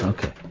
Okay